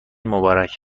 مبارک